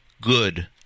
good